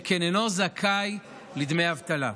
שכן הוא אינו זכאי לדמי אבטלה.